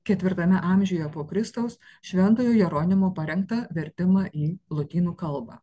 ketvirtame amžiuje po kristaus šventojo jeronimo parengtą vertimą į lotynų kalbą